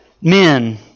men